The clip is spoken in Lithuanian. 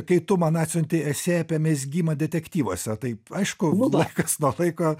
kai tu man atsiuntei esė apie mezgimą detektyvuose taip aišku laikas nuo laiko